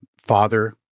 Father